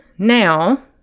Now